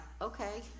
okay